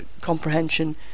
comprehension